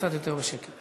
קצת יותר בשקט.